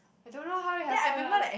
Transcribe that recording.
I don't know how it happened lah